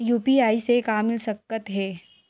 UPI से का मिल सकत हे?